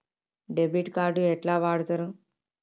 Debit card ఎట్లా వాడుతరు?